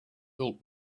built